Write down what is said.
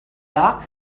doc